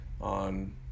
on